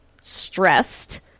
stressed